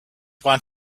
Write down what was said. want